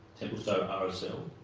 templestowe rsl,